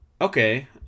Okay